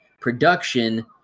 production